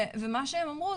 ומה שהם אמרו,